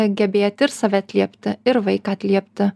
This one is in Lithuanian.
gebėt ir save atliepti ir vaiką atliepti